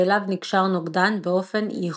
שאליו נקשר נוגדן באופן ייחודי,